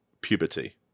puberty